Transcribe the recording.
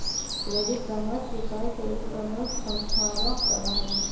credit परामर्श के कार्य क्रेडिट परामर्श संस्थावह करा हई